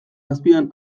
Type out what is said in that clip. azpian